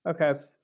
Okay